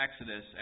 Exodus